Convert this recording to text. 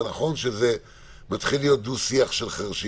זה נכון שזה מתחיל להיות דו-שיח של חרשים.